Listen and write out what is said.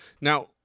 Now